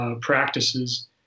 Practices